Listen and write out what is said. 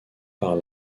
par